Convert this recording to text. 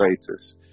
status